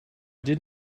did